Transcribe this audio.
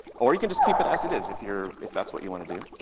or you can just keep it as it is, if you're, if that's what you want to do.